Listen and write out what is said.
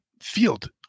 field